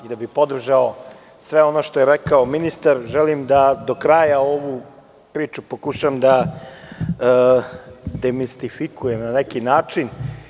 Da bih podržao sve ono što je rekao ministar, želim da do kraja ovu priču pokušam da demistifikujem na neki način.